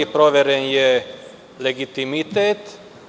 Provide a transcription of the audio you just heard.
Proveren je legitimitet.